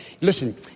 Listen